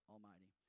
Almighty